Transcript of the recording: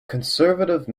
conservative